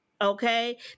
Okay